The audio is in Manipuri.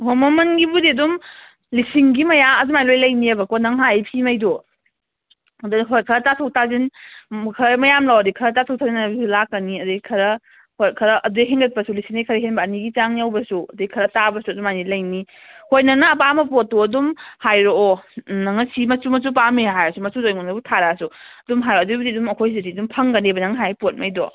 ꯑꯣ ꯃꯃꯟꯒꯤꯕꯨꯗꯤ ꯑꯗꯨꯝ ꯂꯤꯁꯤꯡꯒꯤ ꯃꯌꯥ ꯑꯗꯨꯃꯥꯏꯅ ꯂꯣꯏꯅ ꯂꯩꯅꯦꯕꯀꯣ ꯅꯪ ꯍꯥꯏꯔꯤꯕ ꯐꯤꯉꯩꯗꯣ ꯑꯗꯨꯗ ꯍꯣꯏ ꯈꯔ ꯇꯥꯊꯣꯛ ꯇꯥꯁꯤꯟ ꯈꯔ ꯃꯌꯥꯝ ꯂꯧꯔꯗꯤ ꯈꯔ ꯇꯥꯊꯣꯛ ꯇꯥꯁꯤꯟ ꯑꯗꯨꯁꯨ ꯂꯥꯛꯀꯅꯤ ꯑꯗꯩ ꯈꯔ ꯄꯣꯠ ꯈꯔ ꯑꯗꯨꯗꯩ ꯍꯦꯟꯒꯠꯄꯁꯨ ꯂꯤꯁꯤꯡꯗꯩ ꯈꯔ ꯍꯦꯟꯕ ꯑꯅꯤꯒꯤ ꯆꯥꯡ ꯌꯧꯕꯁꯨ ꯑꯗꯩ ꯈꯔ ꯇꯥꯕꯁꯨ ꯑꯗꯨꯃꯥꯏꯅꯗꯤ ꯂꯩꯅꯤ ꯍꯣꯏ ꯅꯪꯅ ꯑꯄꯥꯝꯕ ꯄꯣꯠꯇꯨ ꯑꯗꯨꯝ ꯍꯥꯏꯔꯛꯑꯣ ꯅꯪꯅ ꯁꯤ ꯃꯆꯨ ꯃꯆꯨ ꯄꯥꯝꯃꯦ ꯍꯥꯏꯔꯁꯨ ꯃꯆꯨꯗꯣ ꯑꯩꯉꯣꯟꯗꯕꯨ ꯊꯥꯔꯛꯑꯁꯨ ꯑꯗꯨꯝ ꯍꯥꯏꯔꯛꯑꯣ ꯑꯗꯨꯒꯤꯕꯨꯗꯤ ꯑꯗꯨꯝ ꯑꯩꯈꯣꯏꯁꯤꯗꯗꯤ ꯑꯗꯨꯝ ꯐꯪꯒꯅꯦꯕ ꯅꯪ ꯍꯥꯏꯔꯤ ꯄꯣꯠꯉꯩꯗꯣ